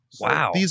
Wow